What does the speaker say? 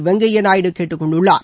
வெங்கையா நாயுடு கேட்டுக் கொண்டுள்ளார்